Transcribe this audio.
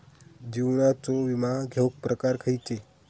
जीवनाचो विमो घेऊक प्रकार खैचे?